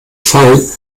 fallen